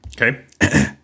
Okay